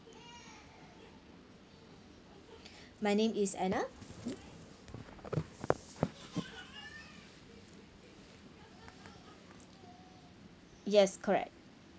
my name is anna yes correct